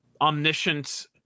omniscient